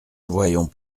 voyons